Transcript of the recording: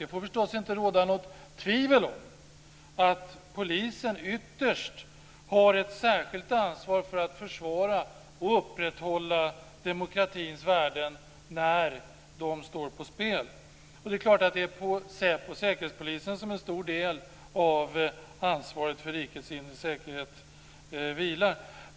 Det får förstås inte råda något tvivel om att polisen ytterst har ett särskilt ansvar för att försvara och upprätthålla demokratins värden när de står på spel. Självklart är det på säkerhetspolisen som en stor del av ansvaret för rikets inre säkerhet vilar.